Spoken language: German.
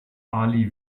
ali